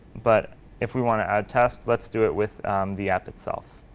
but if we want to add tasks, let's do it with the app itself.